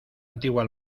antigua